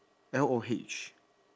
L O H